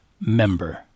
member